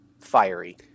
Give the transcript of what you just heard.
fiery